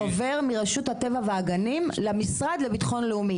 זה עובר מרשות הטבע והגנים למשרד לביטחון לאומי.